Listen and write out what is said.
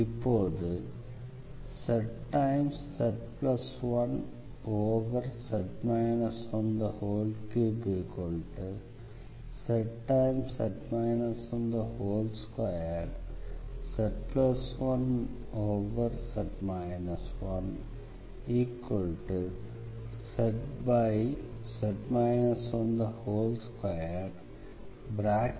இப்போது zz1z 13zz 12z1z 1zz 12zz 11z 1 Fz